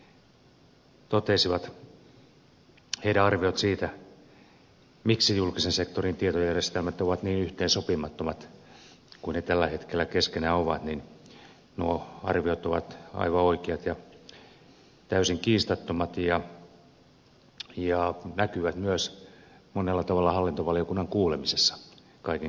heidän arvionsa siitä miksi julkisen sektorin tietojärjestelmät ovat niin yhteensopimattomat kuin ne tällä hetkellä keskenään ovat ovat aivan oikeat ja täysin kiistattomat ja näkyvät myös monella tavalla hallintovaliokunnan kuulemisessa kaiken kaikkiaan